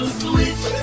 switch